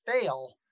fail